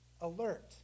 alert